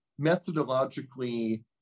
methodologically